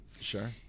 Sure